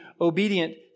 obedient